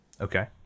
Okay